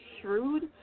shrewd